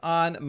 on